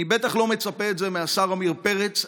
אני בטח לא מצפה לזה מהשר עמיר פרץ.